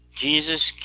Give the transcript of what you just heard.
Jesus